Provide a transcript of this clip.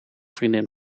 vriendin